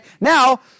Now